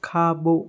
खाॿो